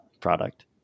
product